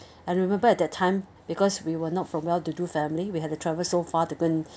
I remember that time because we were not from well to do family we had to travel so far to go and